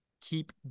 keep